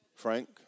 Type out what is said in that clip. Frank